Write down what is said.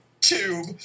tube